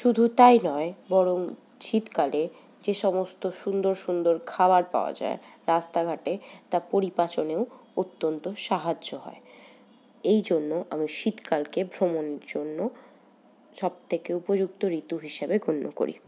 শুধু তাই নয় বরং শীতকালে যে সমস্ত সুন্দর সুন্দর খাওয়ার পাওয়া যায় রাস্তাঘাটে তা পরিপাচনেও অত্যন্ত সাহায্য হয় এই জন্য আমি শীতকালকে ভ্রমণের জন্য সব থেকে উপযুক্ত ঋতু হিসাবে গণ্য করি